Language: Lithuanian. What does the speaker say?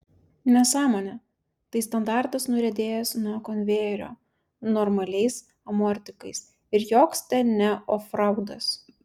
nesąmonė tai standartas nuriedėjęs nuo konvejerio normaliais amortikais ir joks ten ne ofraudas